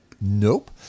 Nope